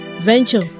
venture